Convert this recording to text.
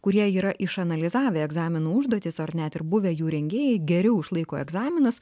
kurie yra išanalizavę egzaminų užduotis ar net yra buvę jų rengėjai geriau išlaiko egzaminus